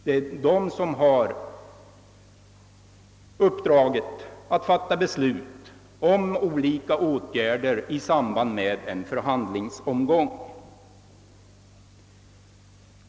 Det är denna som har uppdraget att fatta beslut om olika åtgärder i samband med en förhandlingsomgång.